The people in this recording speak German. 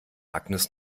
agnes